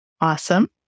awesome